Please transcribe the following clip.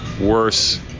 worse